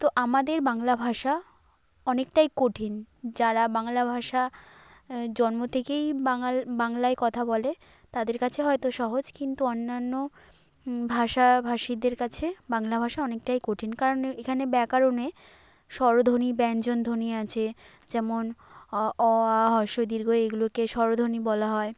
তো আমাদের বাংলা ভাষা অনেকটাই কঠিন যারা বাংলা ভাষা জন্ম থেকেই বাঙাল বাংলায় কথা বলে তাদের কাছে হয়তো সহজ কিন্তু অন্যান্য ভাষা ভাষীদের কাছে বাংলা ভাষা অনেকটাই কঠিন কারণ এখানে ব্যাকরণে স্বরধ্বনি ব্যঞ্জনধ্বনি আছে যেমন অ অ আ ই ঈ এগুলোকে স্বরধ্বনি বলা হয়